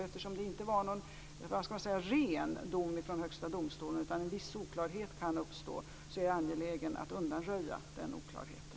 Eftersom det inte var någon ren dom från Högsta domstolen - en viss oklarhet kan uppstå - är jag angelägen om att undanröja den oklarheten.